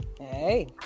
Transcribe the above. Hey